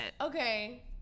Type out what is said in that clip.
Okay